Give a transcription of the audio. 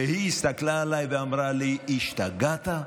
והיא הסתכלה עליי ואמרה לי: השתגעת?